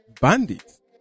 bandits